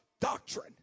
doctrine